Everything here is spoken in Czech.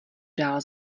dál